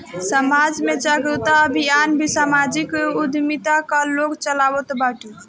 समाज में जागरूकता अभियान भी समाजिक उद्यमिता कअ लोग चलावत बाटे